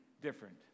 different